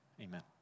Amen